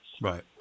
Right